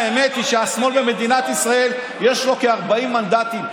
האמת היא שלשמאל במדינת ישראל יש כ-40 מנדטים.